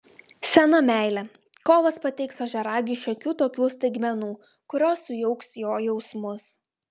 sena meilė kovas pateiks ožiaragiui šiokių tokių staigmenų kurios sujauks jo jausmus